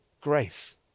grace